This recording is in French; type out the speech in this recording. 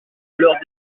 alors